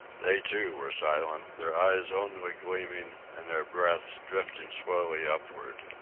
they, too, were silent, their eyes only gleaming and their breaths drifting slowly upward.